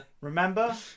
Remember